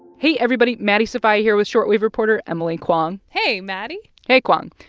hey, everybody. maddie sofia here with short wave reporter emily kwong hey, maddie hey, kwong.